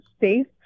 safe